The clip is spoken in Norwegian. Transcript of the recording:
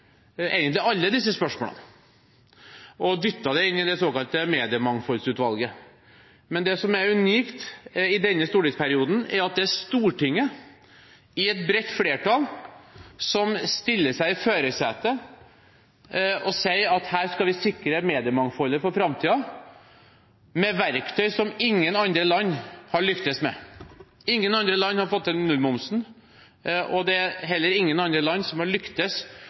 egentlig alle disse spørsmålene og dyttet dem inn i det såkalte Mediemangfoldsutvalget. Men det som er unikt i denne stortingsperioden, er at det er Stortinget, et bredt flertall, som setter seg i førersetet og sier at her skal vi sikre mediemangfoldet for framtiden med verktøy som ingen andre land har lyktes med. Ingen andre land har fått til nullmomsen, og det er heller ingen andre land som har lyktes